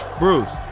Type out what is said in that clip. bruce,